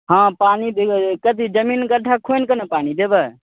हँ पानी जमीन कथी जमीन गड्ढा खुनि कऽ ने पानी देबै